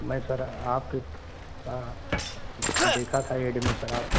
میں سر آپ کے تھا دیکھا تھا ایڈ میں سر آپ